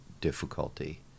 difficulty